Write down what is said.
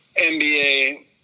NBA